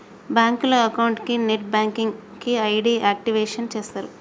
బ్యాంకులో అకౌంట్ కి net banking కి ఐడి యాక్టివేషన్ చేస్తరు